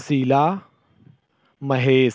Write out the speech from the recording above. Sheila Mahesh